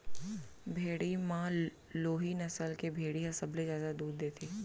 भेड़ी म लोही नसल के भेड़ी ह सबले जादा दूद देथे